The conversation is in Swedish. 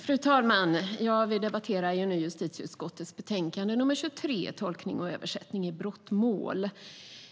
Fru talman! Vi debatterar nu justitieutskottets betänkande nr 23 Tolkning och översättning i brottmål .